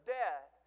death